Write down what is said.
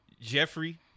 Jeffrey